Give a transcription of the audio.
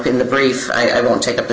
in the brief i don't take up the